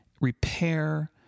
repair